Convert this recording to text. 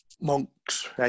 monks